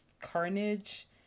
Carnage